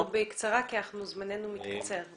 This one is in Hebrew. בקצרה כי זמננו מתקצר.